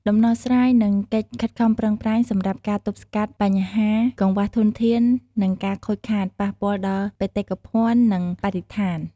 ដំណោះស្រាយ និងកិច្ចខិតខំប្រឹងប្រែង សម្រាប់ការទប់ស្កាត់បញ្ហាកង្វះធនធាន និងការខូចខាត ប៉ះពាល់ដល់បេតិកភណ្ឌ និងបរិស្ថាន ។